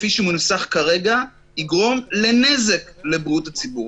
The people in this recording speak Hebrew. כפי שהוא מנוסח כרגע, יגרום לנזק לבריאות הציבור.